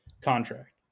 contract